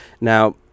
Now